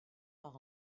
par